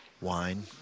wine